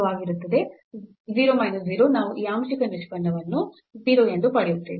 0 minus 0 ನಾವು ಈ ಆಂಶಿಕ ನಿಷ್ಪನ್ನವನ್ನು 0 ಎಂದು ಪಡೆಯುತ್ತೇವೆ